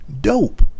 dope